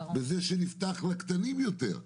בזה שנפתח לקטנים יותר,